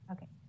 Okay